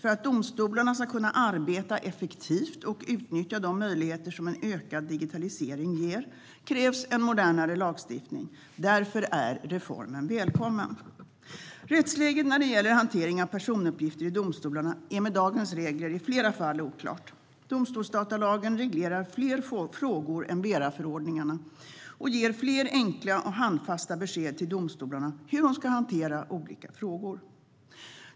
För att domstolarna ska kunna arbeta effektivt och utnyttja de möjligheter som en ökad digitalisering ger krävs en modernare lagstiftning. Därför är reformen välkommen. Rättsläget när det gäller hantering av personuppgifter i domstolarna är med dagens regler i flera fall oklart. Domstolsdatalagen reglerar fler frågor än Veraförordningarna och ger fler enkla och handfasta besked till domstolarna om hur de ska hantera olika frågor.